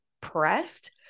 pressed